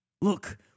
Look